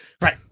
Right